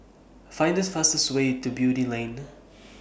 Find The fastest Way to Beatty Lane